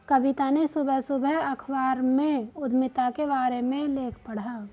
कविता ने सुबह सुबह अखबार में उधमिता के बारे में लेख पढ़ा